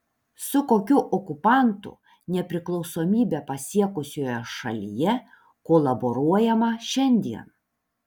su kokiu okupantu nepriklausomybę pasiekusioje šalyje kolaboruojama šiandien